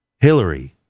Hillary